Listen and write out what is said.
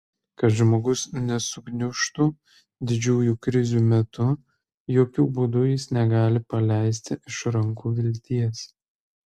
kad žmogus nesugniužtų didžiųjų krizių metu jokiu būdu jis negali paleisti iš rankų vilties